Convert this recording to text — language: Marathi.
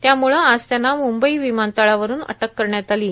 त्यामुळे आज त्यांना मुंबई विमानतळावरून अटक करण्यात आलो